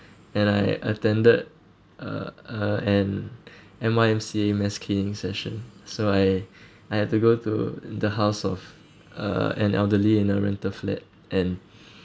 and I attended uh uh an M_Y_M_C_A mass cleaning session so I I have to go to the house of uh an elderly in a rental flat and